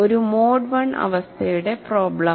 ഒരു mode I അവസ്ഥയുടെ problem